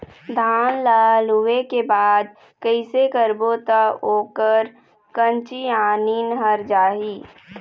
धान ला लुए के बाद कइसे करबो त ओकर कंचीयायिन हर जाही?